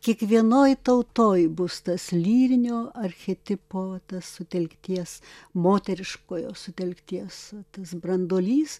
kiekvienoj tautoj bus tas lyrinio archetipo sutelkties moteriškojo sutelkties tas branduolys